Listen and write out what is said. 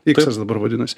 iksas dabar vadinasi